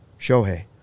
Shohei